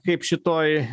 kaip šitoj